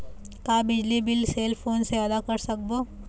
का बिजली bill cell phone से आदा कर सकबो?